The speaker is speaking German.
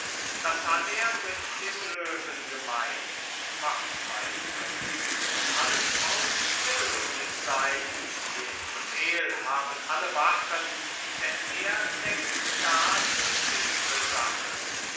das hat er mit dem löwen gemein wachtmeister muß alles mausstill um ihn sein den befehl haben alle wachen denn er denkt gar zu tiefe sachen